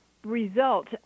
result